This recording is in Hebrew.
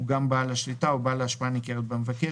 הוא גם בעל השליטה או בעל ההשפעה הניכרת במבקש,